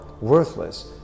worthless